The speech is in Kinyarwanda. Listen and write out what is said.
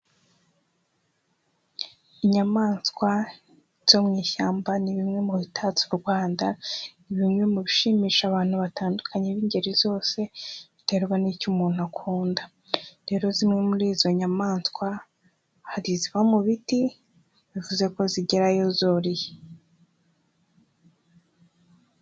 Inyamaswa zo mu ishyamba ni bimwe mu bitatse u Rwanda bimwe mu bishimisha abantu batandukanye b'ingeri zose, biterwa n'cyo umuntu akunda rero zimwe muri izo nyamaswa hari ziba mu biti bivuze ko zigerayo zoriye.